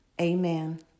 Amen